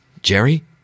Jerry